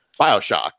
Bioshock